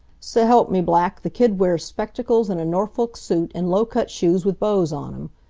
s'elp me, black, the kid wears spectacles and a norfolk suit, and low-cut shoes with bows on em.